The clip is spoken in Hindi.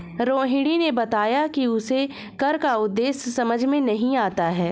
रोहिणी ने बताया कि उसे कर का उद्देश्य समझ में नहीं आता है